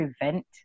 prevent